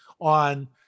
on